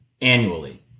annually